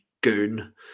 goon